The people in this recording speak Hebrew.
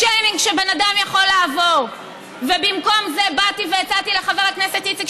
שיש מקום לבצע את זה